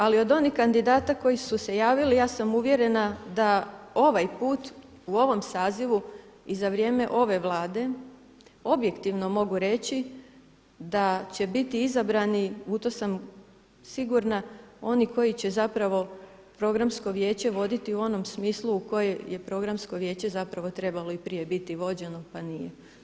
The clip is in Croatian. Ali od onih kandidata koji su se javili, ja sam uvjerena da ovaj put u ovom sazivu i za vrijeme ove Vlade objektivno mogu reći da će biti izabrani, u to sam sigurna, oni koji će zapravo Programsko vijeće voditi u onom smislu u kojem je Programsko vijeće zapravo i prije trebalo biti vođeno pa nije.